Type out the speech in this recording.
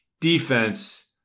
defense